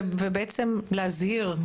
בעצם להזהיר,